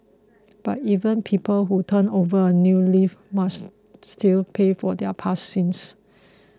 but even people who turn over a new leaf must still pay for their past sins